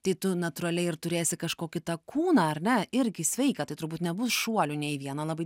tai tu natūraliai ir turėsi kažkokį tą kūną ar ne irgi sveiką tai turbūt nebus šuolių nei į vieną labai